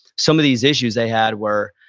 some of these issues they had were,